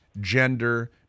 gender